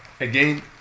Again